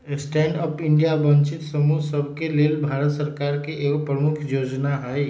stand up India वंचित समूह सभके लेल भारत सरकार के एगो प्रमुख जोजना हइ